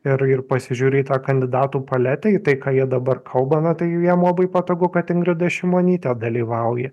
ir ir pasižiūri į tą kandidatų paletę į tai ką jie dabar kalba na tai jam labai patogu kad ingrida šimonytė dalyvauja